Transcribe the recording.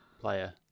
player